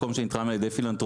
מקום שנתרם על ידי פילנתרופית,